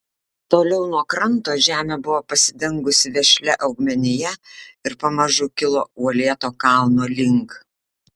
toliau nuo kranto žemė buvo pasidengusi vešlia augmenija ir pamažu kilo uolėto kalno link